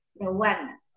awareness